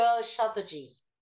strategies